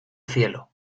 cielo